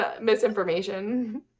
Misinformation